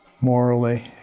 morally